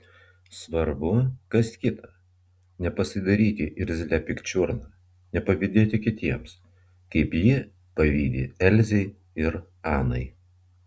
svarbu kas kita nepasidaryti irzlia pikčiurna nepavydėti kitiems kaip ji pavydi elzei ir anai